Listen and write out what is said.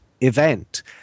event